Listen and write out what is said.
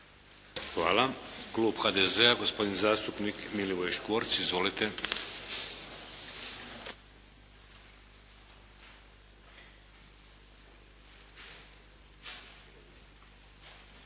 Hvala. Klub HDZ-a gospodin zastupnik Milivoj Škvorc. Izvolite.